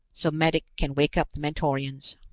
so medic can wake up the mentorians.